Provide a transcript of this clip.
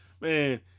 Man